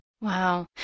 Wow